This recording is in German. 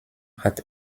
hat